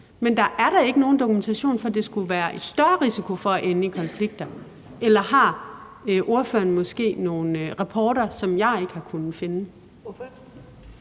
men der er da ikke nogen dokumentation for, at de skulle være i større risiko for at ende i konflikter. Eller har ordføreren måske nogle rapporter, som jeg ikke har kunnet finde?